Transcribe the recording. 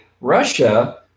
Russia